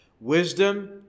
Wisdom